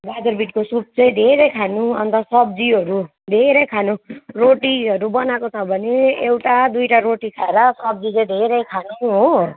गाजर बिटको सुप चाहिँ धेरै खानु अन्त सब्जीहरू धेरै खानु रोटीहरू बनाएको छ भने एउटा दुईवटा रोटी खाएर सब्जी चाहिँ धेरै खानु हो